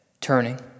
turning